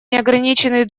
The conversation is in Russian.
неограниченный